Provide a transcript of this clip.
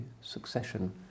succession